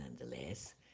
nonetheless